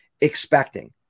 expecting